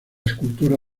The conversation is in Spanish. escultura